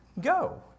Go